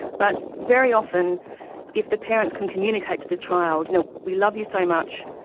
but very often if the parents can communicate to the child, you know, we love you so much,